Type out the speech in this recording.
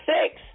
six